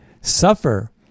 suffer